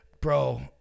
Bro